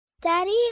Daddy